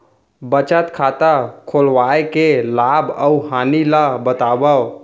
बचत खाता खोलवाय के लाभ अऊ हानि ला बतावव?